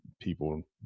people